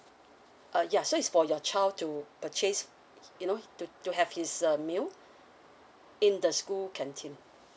uh ya so is for your child to purchase you know to to have his uh meal in the school canteen